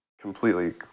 completely